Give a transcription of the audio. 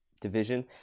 division